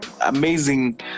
amazing